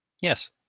Yes